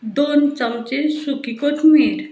दोन चमचे सुकी कोथमीर